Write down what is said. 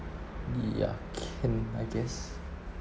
ya can I guess